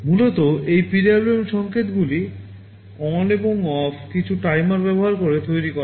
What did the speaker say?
মূলত এই PWM সংকেতগুলি ON এবং OFF কিছু টাইমার ব্যবহার করে তৈরি করা হয়